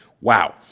Wow